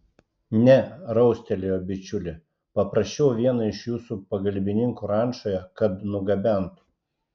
ne raustelėjo bičiulė paprašiau vieną iš jūsų pagalbininkų rančoje kad nugabentų